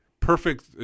perfect